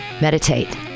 meditate